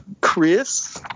Chris